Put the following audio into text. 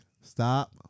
Stop